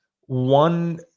one